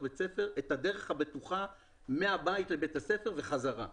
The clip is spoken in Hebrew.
בית הספר את הדרך הבטוחה מבית לבית הספר ובחזרה.